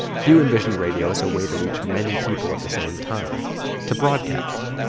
few envisioned radio as a way to reach many people at the same time to broadcast.